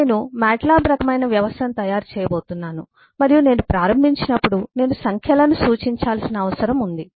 నేను MATLAB రకమైన వ్యవస్థను తయారు చేయబోతున్నాను మరియు నేను ప్రారంభించినప్పుడు నేను సంఖ్యలను సూచించాల్సిన అవసరం ఉంది